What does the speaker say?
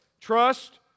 Trust